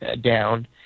down